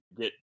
get